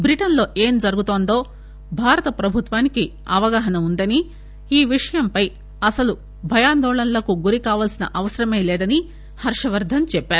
బ్రిటన్లో ఏం జరుగుతోందో భారత ప్రభుత్వానికి అవగాహన ఉందని ఈ విషయంపై అసలు భయాందోళనకు గురి కావాల్సిన అవసరమే లేదని హర్షవర్దన్ చెప్పారు